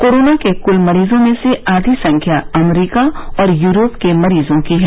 corona के कुल मरीजों में से आधी संख्या अमरीका और यूरोप के मरीजों की है